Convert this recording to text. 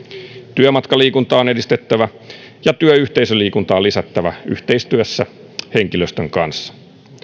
työmatkaliikuntaa on edistettävä ja työyhteisöliikuntaa lisättävä yhteistyössä henkilöstön kanssa